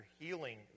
healing